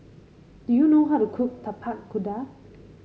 do you know how to cook Tapak Kuda